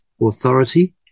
authority